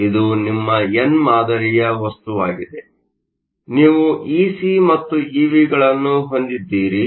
ಇದು ನಿಮ್ಮ ಎನ್ ಮಾದರಿಯ ವಸ್ತುವಾಗಿದೆ ನೀವು ಇಸಿ ಮತ್ತು ಇವಿಗಳನ್ನು ಹೊಂದಿದ್ದೀರಿ